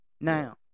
Now